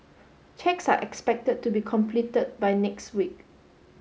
checks are expected to be completed by next week